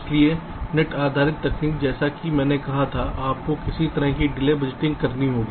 इसलिए नेट आधारित तकनीक जैसा कि मैंने कहा था आपको किसी तरह की डिले बजटिंग करनी होगी